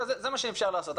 זה מה שאפשר לעשות.